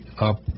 up